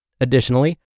Additionally